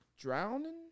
drowning